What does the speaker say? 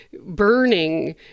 burning